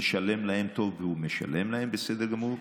לשלם להם טוב, והוא משלם להם בסדר גמור.